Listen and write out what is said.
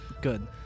Good